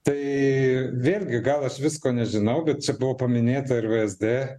tai vėlgi gal aš visko nežinau bet čia buvo paminėta ir vsd